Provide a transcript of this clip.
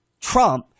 Trump